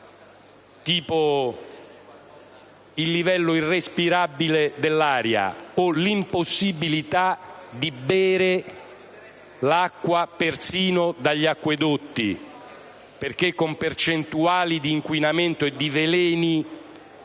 sul livello di irrespirabilità dell'aria o circa l'impossibilità di bere l'acqua persino dagli acquedotti, perché con percentuali di inquinamento e di veleni